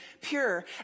pure